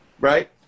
right